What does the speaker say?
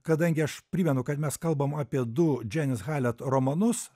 kadangi aš primenu kad mes kalbam apie du džianis halet romanus